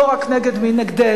לא רק מי נגדנו.